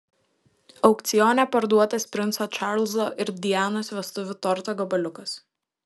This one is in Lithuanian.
aukcione parduotas princo čarlzo ir dianos vestuvių torto gabaliukas